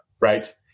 Right